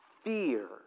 Fear